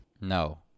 No